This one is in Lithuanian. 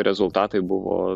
rezultatai buvo